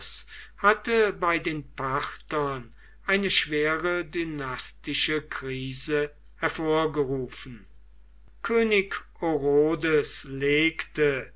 hatte bei den parthern eine schwere dynastische krise hervorgerufen könig orodes legte